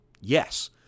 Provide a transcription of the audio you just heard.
yes